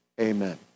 Amen